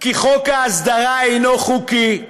כי חוק ההסדרה אינו חוקי,